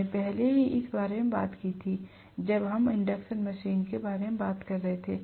हमने पहले ही इस बारे में बात की थी जब हम इंडक्शन मशीन के बारे में बात कर रहे थे